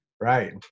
Right